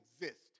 exist